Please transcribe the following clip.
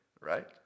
right